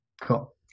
cool